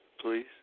please